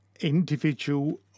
individual